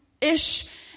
ish